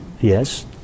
yes